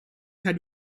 had